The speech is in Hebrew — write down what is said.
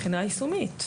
מבחינה יישומית.